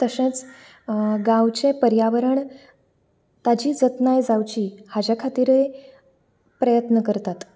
तशेंच गांवचे पर्यावरण ताजी जतनाय जावची हाजे खातीरय प्रयत्न करतात